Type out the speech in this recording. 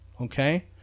Okay